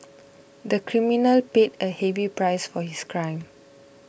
the criminal paid a heavy price for his crime